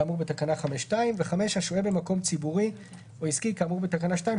כאמור בתקנה 5(2); השוהה במקום ציבורי או עסקי כאמור בתקנה 2,